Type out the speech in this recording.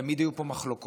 תמיד היו פה מחלוקות,